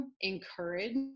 encourage